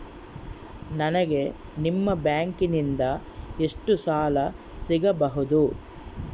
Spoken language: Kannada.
ನನಗ ನಿಮ್ಮ ಬ್ಯಾಂಕಿನಿಂದ ಎಷ್ಟು ಸಾಲ ಸಿಗಬಹುದು?